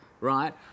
right